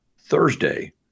Thursday